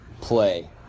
play